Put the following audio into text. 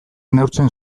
neurtzen